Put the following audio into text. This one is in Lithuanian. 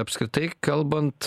apskritai kalbant